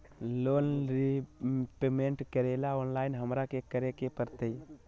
Loan repayment करेला online हमरा की करे के परतई?